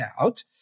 out